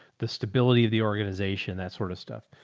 the stability of the organization, that sort of stuff.